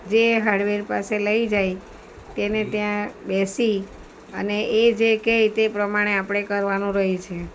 જે હાડવૈદ પાસે લઈ જાય તેને ત્યાં બેસી અને એ જે કે તે પ્રમાણે આપણે કરવાનું રહે છે